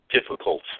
difficult